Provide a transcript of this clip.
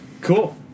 Cool